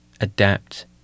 adapt